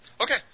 Okay